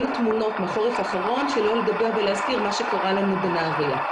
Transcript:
אלו תמונות מהחור האחרון שלא לדבר ולהזכיר את מה שקרה לנו בנהריה.